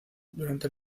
durante